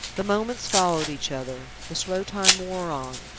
the moments followed each other, the slow time wore on.